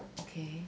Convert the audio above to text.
okay